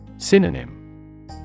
Synonym